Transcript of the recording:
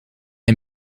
een